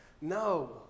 No